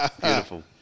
Beautiful